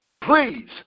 Please